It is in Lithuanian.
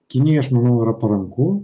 kinijai aš manau yra paranku